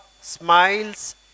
smiles